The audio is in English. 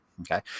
Okay